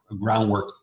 groundwork